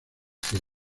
acción